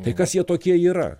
tai kas jie tokie yra